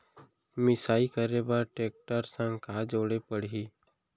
मिसाई करे बर टेकटर संग का जोड़े पड़ही?